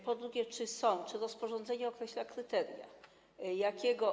Po drugie, czy rozporządzenie określa kryteria, jakiego.